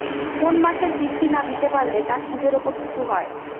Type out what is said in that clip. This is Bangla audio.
কোন মাসের কিস্তি না দিতে পারলে তার সুদের উপর কিছু হয়?